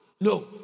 No